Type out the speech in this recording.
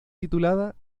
titulada